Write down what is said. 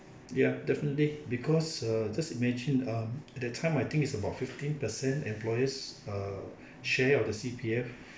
yup definitely because uh just imagine um that time I think it's about fifteen percent employer's uh share of the C_P_F